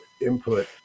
input